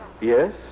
Yes